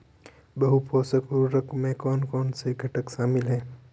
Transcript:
बहु पोषक उर्वरक में कौन कौन से घटक शामिल हैं?